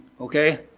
okay